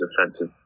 defensive